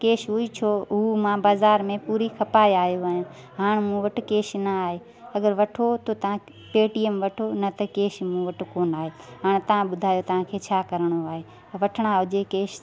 cash हुई छो उहा मां बाज़ारि में पूरी खपाए आहियो हाणे मूं वटि कैश न आहे अगरि वठो त तव्हां पेटीएम वठो न त कैश मूं वटि कोन आए हाणे तव्हां ॿुधायो तव्हांखे छा करिणो आहे वठिणा हुजे कैश